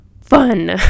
fun